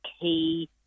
key